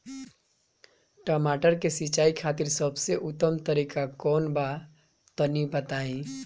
टमाटर के सिंचाई खातिर सबसे उत्तम तरीका कौंन बा तनि बताई?